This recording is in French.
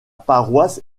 paroisse